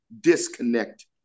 disconnect